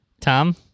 Tom